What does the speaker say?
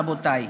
רבותיי,